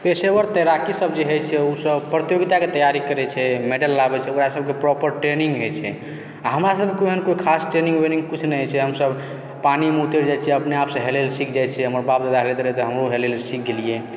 पेशेवर तैराकी सभ जे होइ छै ओ सभ प्रतियोगिताके तैयारी करै छै मेडल लाबै छै ओकरा सभके प्रॉपर ट्रेनिंग होइ छै आओर हमरा सभके कोनो कोइ खास ट्रेनिंग व्रेनिंग कुछ नहि होइ छै हम सभ पानिमे उतरि जाइ छियै अपने आपसँ हेलै लए सीख जाइ छियै हमर बाप दादा हेलैत रहै तऽ हमहुँ हेलैले सीख गेलियै